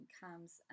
comes